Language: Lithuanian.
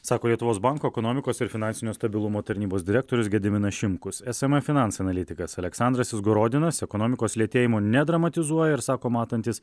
sako lietuvos banko ekonomikos ir finansinio stabilumo tarnybos direktorius gediminas šimkus sme finance analitikas aleksandras izgorodinas ekonomikos lėtėjimo nedramatizuoja ir sako matantis